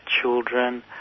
children